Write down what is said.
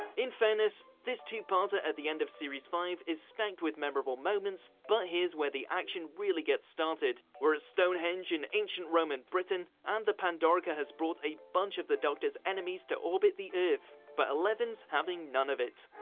in fairness, this two-parter at the end of series five is stacked with memorable moments, but here's where the action really gets started. we're at stonehenge in ancient roman britain, and the pandorica has brought a bunch of the doctor's enemies to orbit the earth but eleven's having none of it.